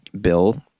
Bill